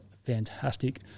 Fantastic